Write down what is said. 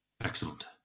Excellent